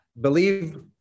Believe